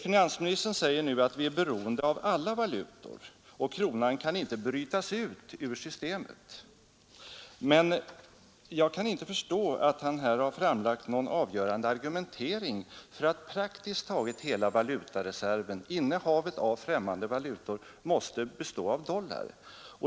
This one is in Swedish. Finansministern säger nu att vi är beroende av alla valutor och att kronan inte kan brytas ut ur systemet. Men jag kan inte förstå att han här framlagt någon avgörande argumentering för att praktiskt taget hela valutareserven, innehavet av främmande valutor, måste bestå av dollar.